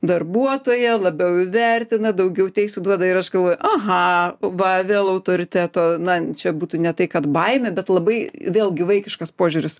darbuotoją labiau įvertina daugiau teisių duoda ir aš galvoju aha va vėl autoriteto na čia būtų ne tai kad baimė bet labai vėlgi vaikiškas požiūris